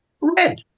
red